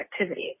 activity